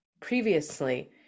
previously